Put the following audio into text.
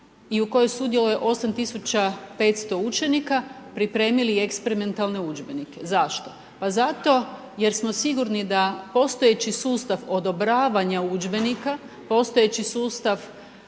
i u kojoj sudjeluje 8500 učenika pripremili eksperimentalne udžbenike. Zašto? Zato jer smo sigurni da postojeći sustav odobravanja udžbenika, postojeći sustav